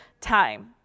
time